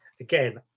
again